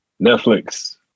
Netflix